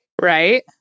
Right